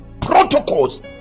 Protocols